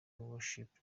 worshipers